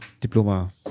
Diploma